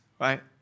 right